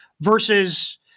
versus